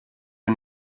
you